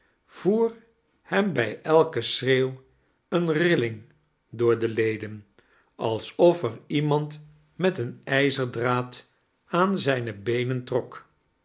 voer hem bij elken schreeuw eene rilling door de ledem alsof er iemand met een ijzerdraad aan zijne beenen trok